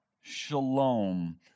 Shalom